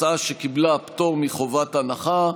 הצעה שקיבלה פטור מחובת הנחה.